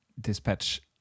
dispatch